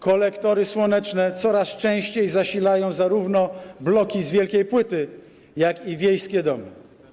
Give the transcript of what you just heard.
Kolektory słoneczne coraz częściej zasilają zarówno bloki z wielkiej płyty, jak i wiejskie domy.